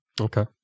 okay